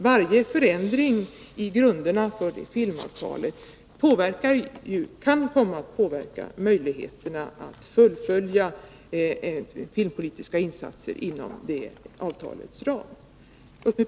Varje förändring av grunderna för filmavtalet skulle kunna påverka möjligheterna att fullfölja filmpolitiska insatser inom avtalets ram.